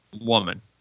woman